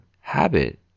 Habit